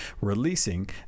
releasing